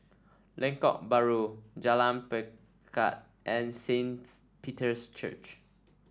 Lengkok Bahru Jalan Pelikat and Saint Peter's Church